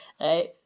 right